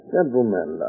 Gentlemen